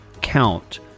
count